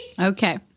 Okay